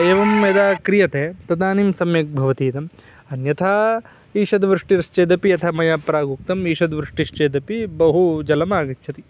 एवं यदा क्रियते तदानीं सम्यक् भवति इदम् अन्यथा ईषद् वृष्टिश्चेदपि यथा मया प्रागुक्तम् ईषद् वृष्टिश्चेदपि बहु जलमागच्छति